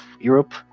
Europe